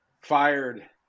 fired